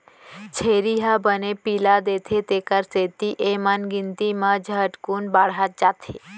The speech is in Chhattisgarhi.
छेरी ह बने पिला देथे तेकर सेती एमन गिनती म झटकुन बाढ़त जाथें